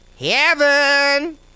Heaven